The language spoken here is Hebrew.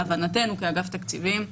להבנתנו, כאגף התקציבים,